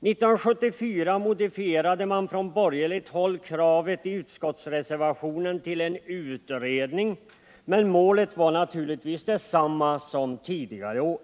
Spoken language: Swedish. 1974 modifierade man på borgerligt håll kravet i utskottsreservationen till ”en utredning”, men målet var naturligtvis detsamma som tidigare år.